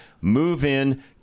move-in